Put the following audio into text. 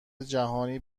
جهانی